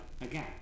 again